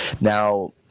Now